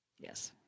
Yes